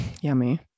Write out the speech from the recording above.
Yummy